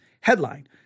Headline